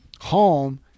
home